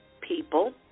people